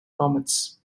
comets